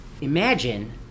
imagine